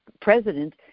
president